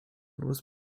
was